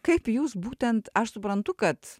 kaip jūs būtent aš suprantu kad